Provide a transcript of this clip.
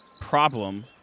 problem